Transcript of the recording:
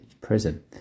prison